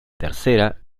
tercera